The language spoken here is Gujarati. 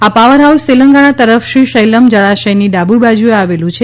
આ પાવર હાઉસ તેલંગાણા તરફ શ્રીશૈલમ જળાશયની ડાબી બાજુએ આવેલું છે